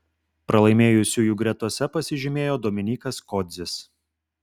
pralaimėjusiųjų gretose pasižymėjo dominykas kodzis